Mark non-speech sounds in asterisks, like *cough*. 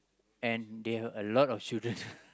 and they have a lot of children *laughs*